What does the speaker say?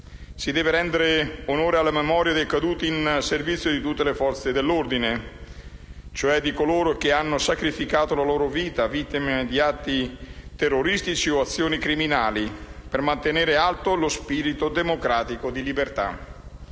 Si deve rendere onore alla memoria dei caduti in servizio di tutte le Forze dell'ordine, cioè di coloro che hanno sacrificato la loro vita, rimanendo vittime di atti terroristici o di azioni criminali per mantenere alto lo spirito democratico di libertà.